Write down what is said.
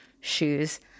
shoes